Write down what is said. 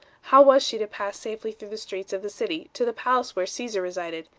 how was she to pass safely through the streets of the city to the palace where caesar resided,